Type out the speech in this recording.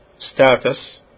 status